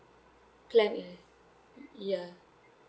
plan A ya